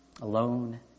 alone